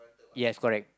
yes correct